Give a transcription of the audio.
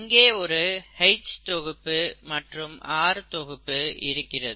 இங்கே ஒரு H தொகுப்பு மற்றும் R தொகுப்பு இருக்கிறது